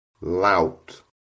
Lout